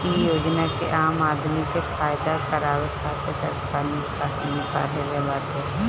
इ योजना के आम आदमी के फायदा करावे खातिर सरकार निकलले बाटे